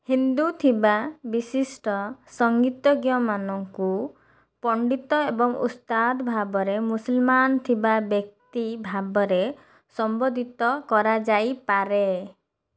ହିନ୍ଦୁ ଥିବା ବିଶିଷ୍ଟ ସଂଗୀତଜ୍ଞମାନଙ୍କୁ ପଣ୍ଡିତ ଏବଂ ଉସ୍ତାଦ ଭାବରେ ମୁସଲମାନ ଥିବା ବ୍ୟକ୍ତି ଭାବରେ ସମ୍ବୋଧିତ କରାଯାଇପାରେ